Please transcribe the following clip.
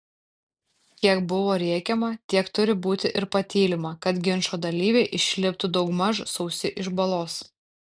kiek buvo rėkiama tiek turi būti ir patylima kad ginčo dalyviai išliptų daugmaž sausi iš balos